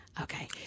Okay